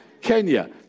Kenya